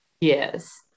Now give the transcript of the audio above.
yes